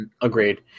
Agreed